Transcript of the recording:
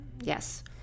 yes